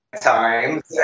Times